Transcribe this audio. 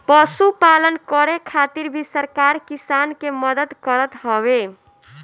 पशुपालन करे खातिर भी सरकार किसान के मदद करत हवे